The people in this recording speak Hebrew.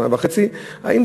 שנה וחצי אחריה,